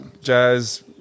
jazz